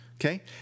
Okay